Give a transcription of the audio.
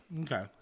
Okay